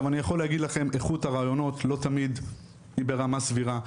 אני יכול להגיד לכם שאיכות הראויות לא תמיד ברמה סבירה,